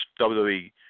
WWE